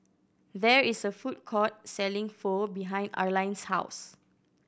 there is a food court selling Pho behind Arline's house